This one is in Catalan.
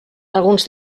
alguns